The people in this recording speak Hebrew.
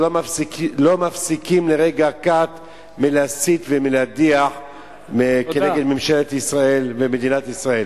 שלא מפסיקים לרגע קט להסית ולהדיח כנגד ממשלת ישראל ומדינת ישראל.